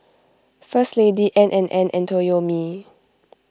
First Lady N and N and Toyomi